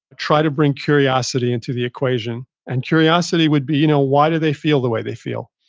try to bring curiosity into the equation. and curiosity would be, you know why do they feel the way they feel?